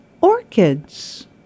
Orchids